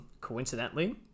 Coincidentally